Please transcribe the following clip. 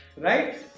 right